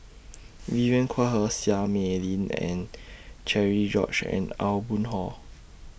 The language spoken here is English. Vivien Quahe Seah Mei Lin and Cherian George and Aw Boon Haw